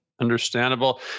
understandable